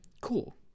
Cool